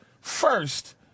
first